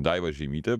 daiva žeimytė